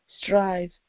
strive